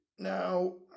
Now